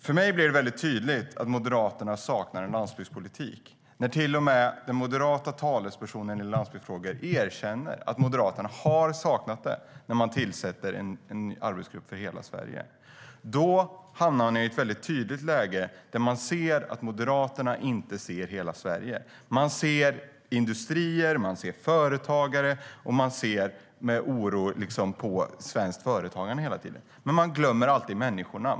För mig blir det tydligt att Moderaterna saknar en landsbygdspolitik när till och med den moderata talespersonen i landsbygdsfrågor erkänner att Moderaterna saknat det. Man tillsätter en arbetsgrupp för hela Sverige. Då hamnar ni i ett väldigt tydligt läge. Moderaterna ser inte hela Sverige. Man ser industrier och företagare. Man ser hela tiden med oro på svenskt företagande. Men man glömmer alltid människorna.